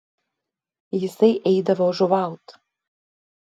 jisai eidavo žuvaut